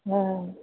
हँ